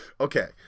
okay